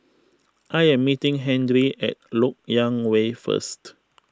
I am meeting Henry at Lok Yang Way first